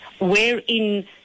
wherein